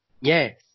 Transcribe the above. Yes